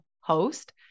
host